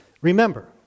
remember